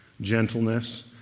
gentleness